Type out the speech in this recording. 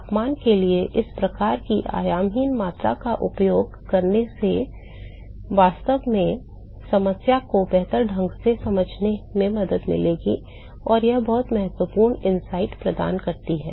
तापमान के लिए इस प्रकार की आयामहीन मात्रा का उपयोग करने से वास्तव में समस्या को बेहतर ढंग से समझने में मदद मिलेगी और यह बहुत बेहतर अंतर्दृष्टि प्रदान करती है